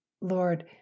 Lord